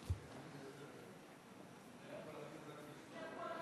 32 נגד, יש נמנע